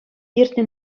иртнӗ